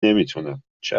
نمیتونم، چه